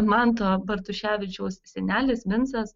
manto bartuševičiaus senelis vincas